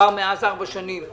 עברו ארבע שנים.